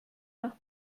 nach